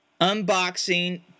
unboxing